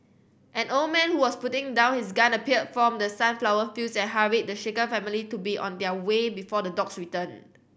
an old man who was putting down his gun appeared from the sunflower fields and hurried the shaken family to be on their way before the dogs return